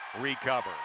recover